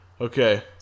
Okay